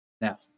Now